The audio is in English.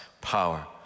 power